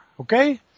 Okay